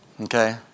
Okay